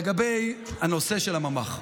לגבי הנושא של הממ"ח.